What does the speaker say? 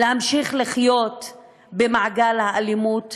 להמשיך לחיות במעגל האלימות